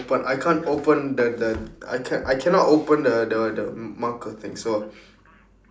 but I can't open the the I can I cannot open the the the marker thing so